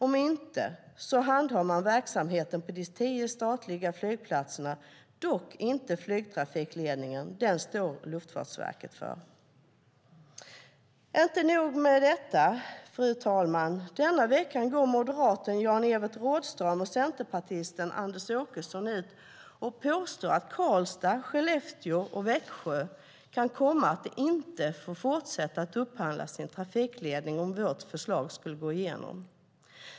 Om inte, kan jag tala om att man handhar verksamheten på de tio statliga flygplatserna, dock inte flygtrafikledningen, den står LFV för. Inte nog med det, fru talman. Denna vecka går moderaten Jan-Evert Rådhström och centerpartisten Anders Åkesson ut och påstår att Karlstad, Skellefteå och Växjö kan komma att inte få fortsätta att upphandla sin trafikledning om vårt förslag går igenom.